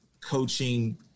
coaching